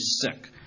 sick